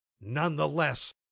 nonetheless